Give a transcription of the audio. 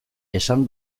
esan